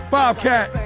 Bobcat